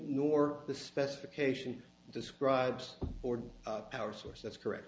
nor the specification describes or power source that's correct